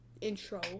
Intro